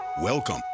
welcome